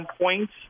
points